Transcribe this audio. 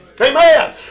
Amen